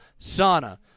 sauna